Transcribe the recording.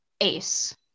ace